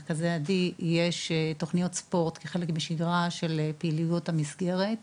מרכזי עדי יש תכניות ספורט כחלק בשגרה של פעילויות המסגרת.